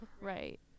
Right